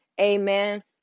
Amen